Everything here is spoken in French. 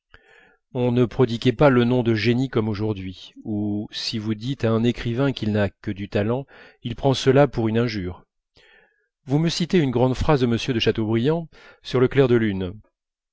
on ne prodiguait pas le nom de génie comme aujourd'hui où si vous dites à un écrivain qu'il n'a que du talent il prend cela pour une injure vous me citez une grande phrase de m de chateaubriand sur le clair de lune